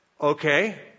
okay